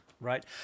Right